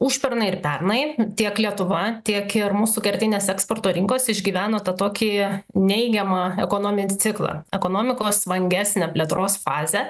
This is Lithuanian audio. užpernai ir pernai tiek lietuva tiek ir mūsų kertinės eksporto rinkos išgyveno tą tokį neigiamą ekonominį ciklą ekonomikos vangesnę plėtros fazę